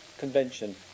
convention